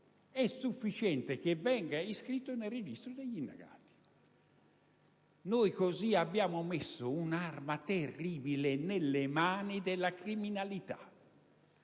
è sufficiente che venga iscritto nel registro degli indagati. Così abbiamo messo un'arma terribile nelle mani della criminalità